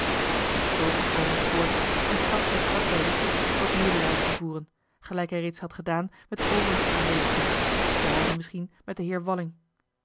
zoo ging omens voort en trachtte het hart der rechters tot medelijden te roeren gelijk hij reeds had gedaan met de overige aanwezigen behalve misschien met den